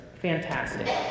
fantastic